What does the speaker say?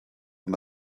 and